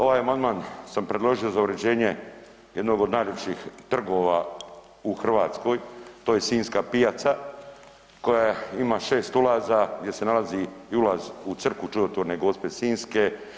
Ovaj amandman sam predložio za uređenje jednog od najljepših trgova u Hrvatskoj, to je Sinjska pijaca koja ima šest ulaza gdje se nalazi i ulaz u Crkvu Čudotvorne Gospe sinjske.